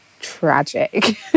tragic